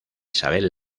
isabel